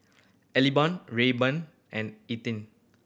Eliban Rayburn and Ethie